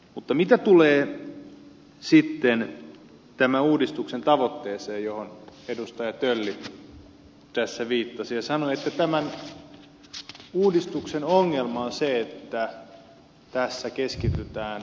mitä tulee sitten tämän uudistuksen tavoitteeseen johon edustaja tölli tässä viittasi ja sanoi että tämän uudistuksen ongelma on se että tässä keskitytään elinvoimaiseen kuntarakenteeseen